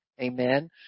amen